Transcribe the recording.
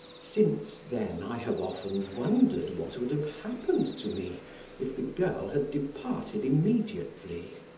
since then i have often wondered what would have happened to me if the girl had departed immediately.